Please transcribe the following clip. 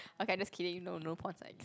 okay I just kidding no no porn sites